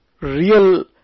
real